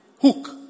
Hook